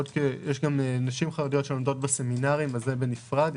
יש גפ נשים חרדיות שלומדות בסמינרים זה בנפרד.